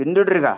പിന്തുടരുക